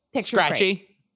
Scratchy